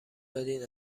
دادین